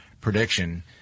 prediction